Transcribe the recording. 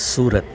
Surat